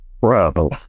bro